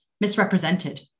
Misrepresented